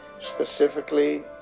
specifically